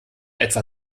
etwa